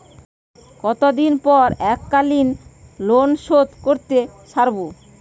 কতদিন পর এককালিন লোনশোধ করতে সারব?